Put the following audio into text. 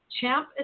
Champ